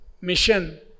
mission